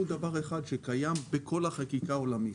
דבר אחד שקיים בכל החקיקה העולמית.